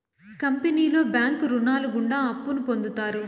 కంపెనీలో బ్యాంకు రుణాలు గుండా అప్పును పొందుతారు